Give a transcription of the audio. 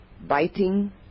Biting